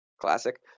Classic